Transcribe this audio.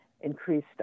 Increased